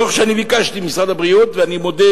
זה דוח שביקשתי ממשרד הבריאות, ואני מודה